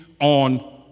on